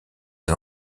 les